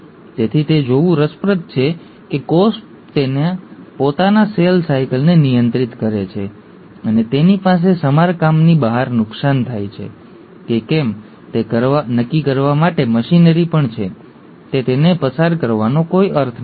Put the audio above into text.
તેથી તે જોવું રસપ્રદ છે કે કોષ તેના પોતાના સેલ સાયકલને નિયંત્રિત કરે છે અને તેની પાસે સમારકામની બહાર નુકસાન થાય છે કે કેમ તે નક્કી કરવા માટે મશીનરી પણ છે તે તેને પસાર કરવાનો કોઈ અર્થ નથી ફક્ત સ્વ નાશ થાય છે અને તે એપોપ્ટોસિસની પ્રક્રિયા દ્વારા થાય છે